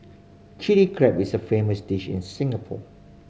Chilli Crab is a famous dish in Singapore